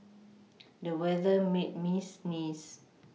the weather made me sneeze